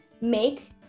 make